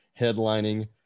headlining